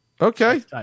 Okay